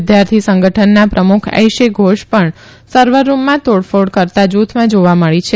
વિદ્યાર્થી સંગઠનના પ્રમુખ એઇશે ધોષ પણ સર્વરરૂમમાં તોડફોડ કરતાં જૂથમાં ઊવા મળી છે